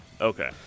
Okay